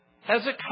Hezekiah